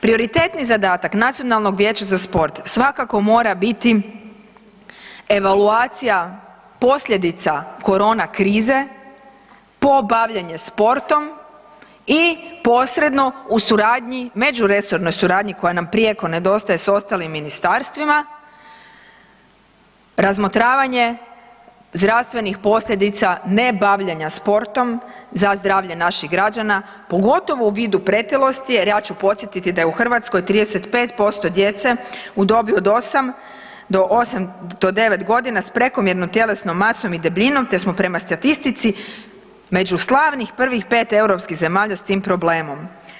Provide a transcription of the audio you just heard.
Prioritetni zadatak Nacionalnog vijeća za sport svakako mora biti evaluacija posljedica korona krize po bavljenje sportom i posredno u suradnji, međuresornoj suradnji koja nam prijeko nedostaje s ostalim ministarstvima, razmotravanje zdravstvenih posljedica ne bavljenja sportom za zdravlje naših građana pogotovo u vidu pretilosti, jer ja ću podsjetiti da je u Hrvatskoj 35% djece u dobi od 8 do 9 godina s prekomjernom tjelesnom masom i debljinom te smo prema statistici među slavnih prvih 5 europskih zemalja s tim problemom.